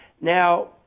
Now